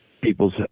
people's